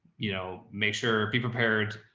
you know, make sure prepared,